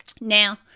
Now